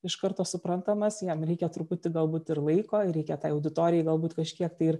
iš karto suprantamas jam reikia truputį galbūt ir laiko ir reikia tai auditorijai galbūt kažkiek ir